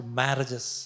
marriages